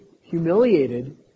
humiliated